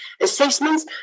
assessments